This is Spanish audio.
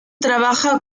trabaja